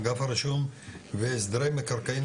אגף הרישום והסדרי מקרקעין,